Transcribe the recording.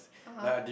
ah [huh]